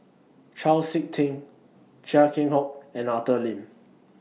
Chau Sik Ting Chia Keng Hock and Arthur Lim